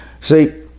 See